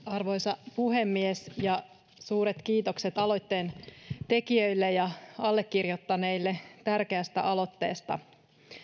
arvoisa puhemies suuret kiitokset aloitteen tekijöille ja allekirjoittaneille tärkeästä aloitteesta